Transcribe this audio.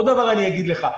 עוד דבר אני אגיד לך.